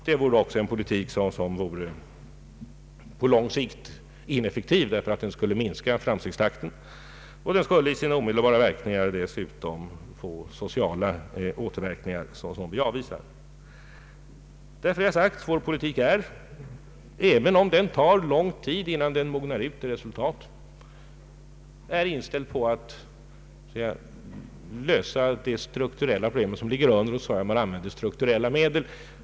Det vore också en politik, som på lång sikt vore ineffektiv därför att den skulle minska framstegstakten och i sina omedelbara verkningar dessutom få sociala återverkningar, vilka vi avvisar. Vår politik är — även om det tar lång tid innan den mognar till resultat — inställd på att lösa de strukturella problem som ligger under, och därvid ämnar vi använda strukturella medel.